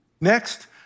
Next